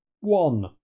One